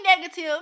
negative